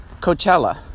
Coachella